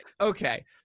okay